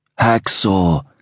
Hacksaw